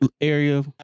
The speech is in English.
area